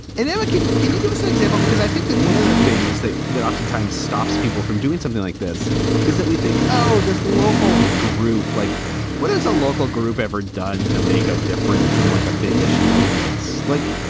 and then, look, can you give us an example, because i think that one of the things that that oftentimes stops people from doing something like this is that we think, oh, this local group, like what is a local group ever done to make a difference? and like a big issue like this, like,